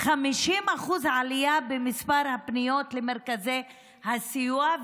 50% עלייה במספר הפניות למרכזי הסיוע,